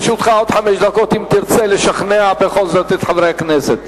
לרשותך עוד חמש דקות אם תרצה לשכנע בכל זאת את חברי הכנסת.